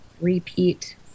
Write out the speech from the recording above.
repeat